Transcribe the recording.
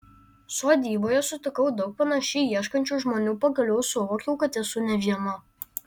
sodyboje sutikau daug panašiai ieškančių žmonių pagaliau suvokiau kad esu ne viena